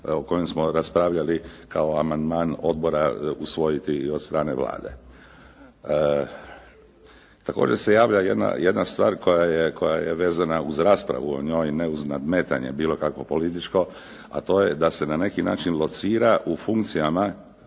o kojem smo raspravljali kao amandman odbora usvojiti od strane Vlade. Također se javlja jedna stvar koja je vezana uz raspravu o njoj, ne uz nadmetanje bilo kakvo političko, a to je da se na neki način locira u funkcijama